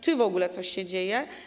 Czy w ogóle coś się dzieje?